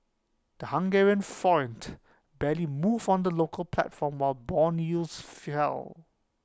the Hungarian forint barely moved on the local platform while Bond yields fell